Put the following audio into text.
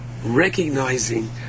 Recognizing